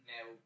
now